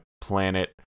planet